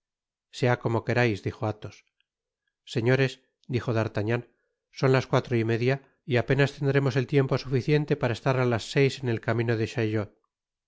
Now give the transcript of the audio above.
sea como querais dijo athos señores dijo d'artagnan son las cuatro y media y apenas tendremos el tiempo suficiente para estar á las seis en el camino de